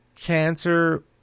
cancer